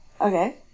Okay